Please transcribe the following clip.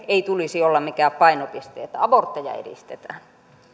ei tulisi olla mikään painopiste että abortteja edistetään